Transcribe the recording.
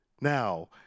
now